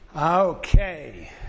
okay